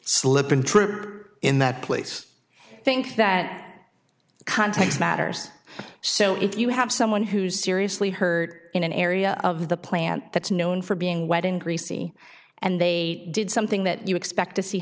slipping trip in that place i think that context matters so if you have someone who's seriously hurt in an area of the plant that's known for being wedding greasy and they did something that you expect to see